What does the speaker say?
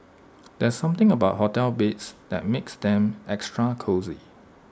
there's something about hotel beds that makes them extra cosy